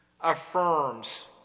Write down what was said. affirms